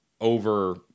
over